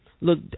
look